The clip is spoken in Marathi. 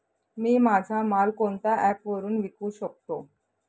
मी माझा माल कोणत्या ॲप वरुन विकू शकतो?